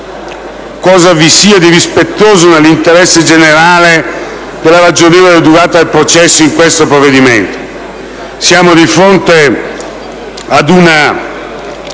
cosa vi sia di rispettoso nell'interesse generale della ragionevole durata del processo in questo provvedimento.